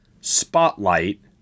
Spotlight